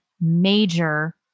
major